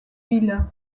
ville